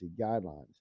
guidelines